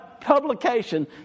publication